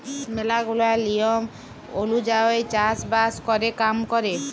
ম্যালা গুলা লিয়ম ওলুজায়ই চাষ বাস ক্যরে কাম ক্যরে